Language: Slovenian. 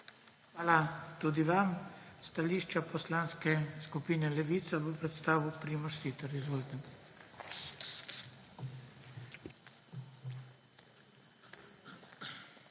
Hvala tudi vam. Stališče Poslanske skupine Levica bo predstavil Primož Siter. Izvolite.